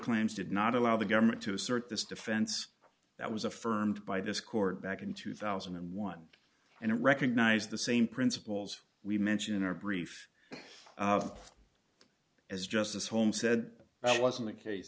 claims did not allow the government to assert this defense that was affirmed by this court back in two thousand and one and it recognized the same principles we mentioned in our brief as justice holmes said i wasn't the case